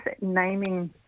naming